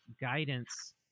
guidance